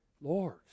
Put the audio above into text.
Lord